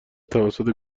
توسط